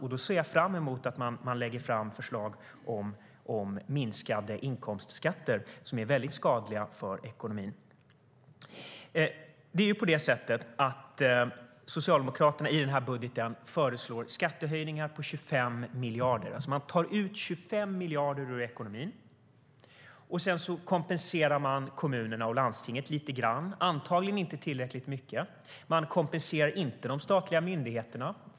Jag ser fram emot att man då lägger fram förslag om att minska inkomstskatterna, som är skadliga för ekonomin.I budgeten föreslår Socialdemokraterna skattehöjningar på 25 miljarder. De tar ut 25 miljarder ur ekonomin. De kompenserar kommuner och landsting lite grann men antagligen inte tillräckligt mycket. De kompenserar inte statliga myndigheter.